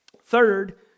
Third